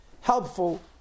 helpful